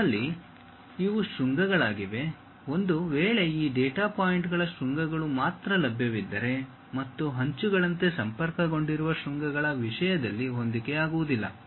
ನಮ್ಮಲ್ಲಿ ಇವು ಶೃಂಗಗಳಾಗಿವೆ ಒಂದು ವೇಳೆ ಈ ಡೇಟಾ ಪಾಯಿಂಟ್ಗಳ ಶೃಂಗಗಳು ಮಾತ್ರ ಲಭ್ಯವಿದ್ದರೆ ಮತ್ತು ಅಂಚುಗಳಂತೆ ಸಂಪರ್ಕಗೊಂಡಿರುವ ಶೃಂಗಗಳ ವಿಷಯದಲ್ಲಿ ಹೊಂದಿಕೆಯಾಗುವುದಿಲ್ಲ